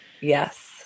Yes